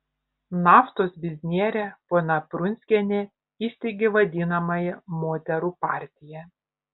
naftos biznierė ponia prunskienė įsteigė vadinamąją moterų partiją